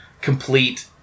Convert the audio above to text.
complete